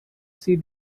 see